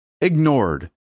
ignored